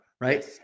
right